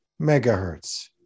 megahertz